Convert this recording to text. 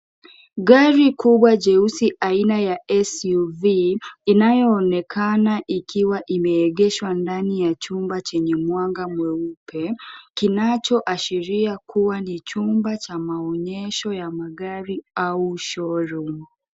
Gari kubwa jeusi aina ya suv. Inayoonekana ikiwa imeegeshwa ndani ya chumba chenye mwanga mweupe. Kinachoashiria kuwa ni chumba cha maonyesho ya magari au show room .